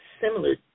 similar